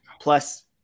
plus